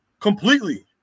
completely